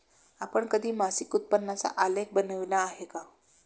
आपण कधी मासिक उत्पन्नाचा आलेख बनविला आहे का?